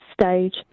stage